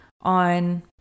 on